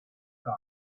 son